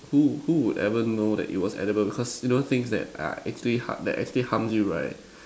who who would ever know that it was edible because you know things that are actually that actually harms you right